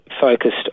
focused